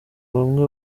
bamwe